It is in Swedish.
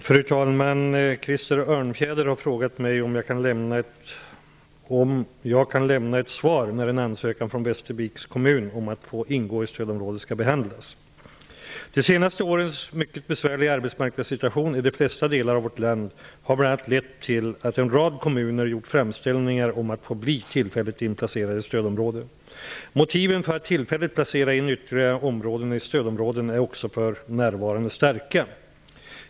Fru talman! Krister Örnfjäder har frågat mig om jag kan lämna ett svar när en ansökan från Västerviks kommun om att få ingå i stödområdet skall behandlas. De senaste årens mycket besvärliga arbetsmarknadssituation i de flesta delar av vårt land har bl.a. lett till att en rad kommuner gjort framställningar om att få bli tillfälligt inplacerade i stödområde. Motiven för att tillfälligt placera in ytterligare områden i stödområden är också för närvarande starka.